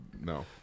No